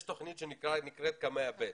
יש תוכנית שנקראת קמ"ע ב',